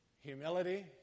Humility